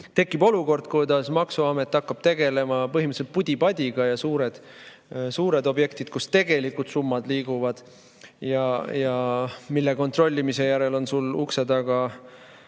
tekib olukord, kus maksuamet hakkab tegelema põhimõtteliselt pudi-padiga, aga suured objektid, kus tegelikult summad liiguvad ja mille kontrollimise järel on sul ukse taga